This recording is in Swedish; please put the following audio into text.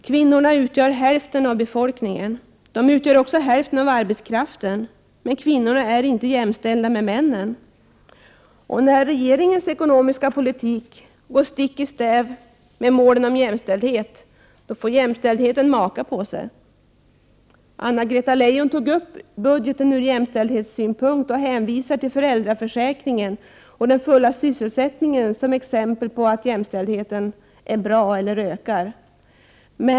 Kvinnorna utgör hälften av befolkningen — de utgör också hälften av arbetskraften, men kvinnorna är inte jämställda med männen. När regeringens ekonomiska politik går stick i stäv med målen om jämställdhet, då får jämställdheten maka på sig. Anna-Greta Leijon tog upp frågan om budgeten från jämställdhetssynpunkt och hänvisade till föräldraförsäkringen och den fulla sysselsättningen som exempel på att jämställheten är bra eller ökar.